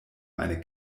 eine